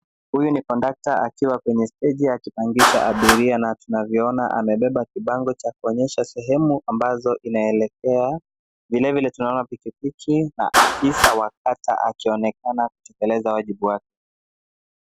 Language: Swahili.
Huyu ni kondakta akiwa kwenye steji akipangisha abiria, na tunavyoona amebeba kibango cha kuonyesha sehemu ambazo inaelekea. Vilevile tunaona pikipiki na afisa wa kata akionekana kutekeleza wajibu wake.